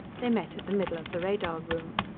they met at the middle of the radar room.